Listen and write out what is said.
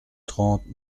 trente